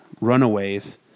Runaways